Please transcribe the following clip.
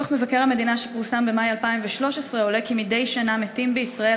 מדוח מבקר המדינה שפורסם במאי 2013 עולה כי מדי שנה מתים בישראל